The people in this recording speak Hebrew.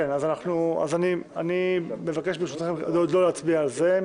ברשותך, אני מבקש עוד לא להצביע על זה.